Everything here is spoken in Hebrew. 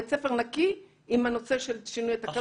בית ספר נקי עם הנושא של שינוי התקנות,